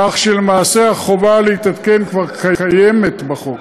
כך שלמעשה החובה להתעדכן כבר קיימת בחוק.